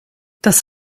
das